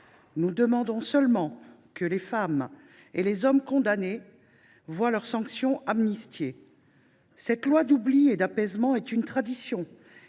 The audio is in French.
Nous demandons seulement que les femmes et les hommes condamnés voient leur sanction amnistiée. Cette loi d’oubli et d’apaisement est une tradition